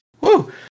Woo